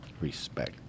respect